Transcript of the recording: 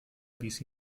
wies